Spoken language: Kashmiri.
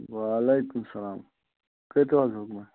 وَعلیکُم اَسلام کٔرۍتَو حظ حُکُم